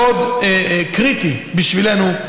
מאוד קריטי בשבילנו.